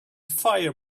fire